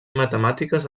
matemàtiques